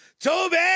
Toby